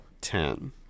ten